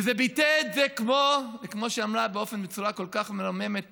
וזה ביטא את זה, כמו שאמרה בצורה כל כך מרוממת